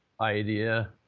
idea